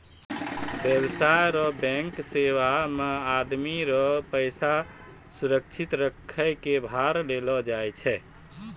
व्यवसाय रो बैंक सेवा मे आदमी रो पैसा सुरक्षित रखै कै भार लेलो जावै छै